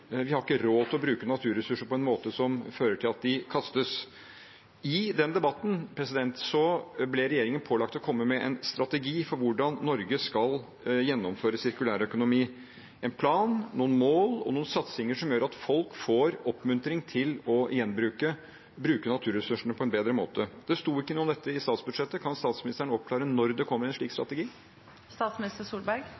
vi har ikke råd til å bruke naturressurser på en måte som fører til at de kastes. I den debatten ble regjeringen pålagt å komme med en strategi for hvordan Norge skal gjennomføre sirkulær økonomi – en plan, noen mål og noen satsinger som gjør at folk får oppmuntring til å gjenbruke og bruke naturressursene på en bedre måte. Det sto ikke noe om dette i statsbudsjettet. Kan statsministeren oppklare når det kommer en slik